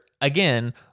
again